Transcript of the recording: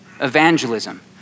evangelism